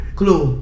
clue